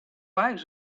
out